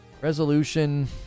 resolution